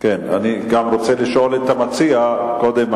אני גם רוצה לשאול את המציע קודם,